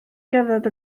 gerdded